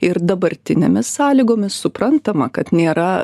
ir dabartinėmis sąlygomis suprantama kad nėra